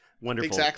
Wonderful